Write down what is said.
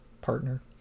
Partner